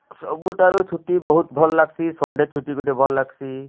ସବୁଠାରୁ ଛୁଟି ବହୁତ୍ ଭଲ୍ ଲାଗସି ସନ୍ ଣ୍ଡେ ଛୁଟି ଗୋଟେ ଭଲ୍ ଲାଗସି